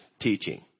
teaching